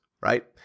right